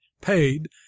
paid